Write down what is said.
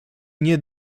nie